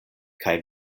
kaj